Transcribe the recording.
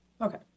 Okay